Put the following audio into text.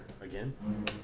again